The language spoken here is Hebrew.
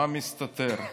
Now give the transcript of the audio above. מה מסתתר?